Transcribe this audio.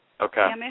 Okay